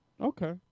okay